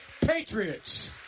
patriots